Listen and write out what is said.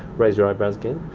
raise your eyebrows again.